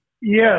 Yes